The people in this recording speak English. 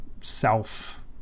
self